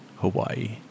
Hawaii